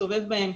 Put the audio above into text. מסתובב בהם,